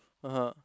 (uh huh)